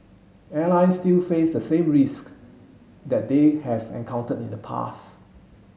airlines still face the same risk that they have encountered in the past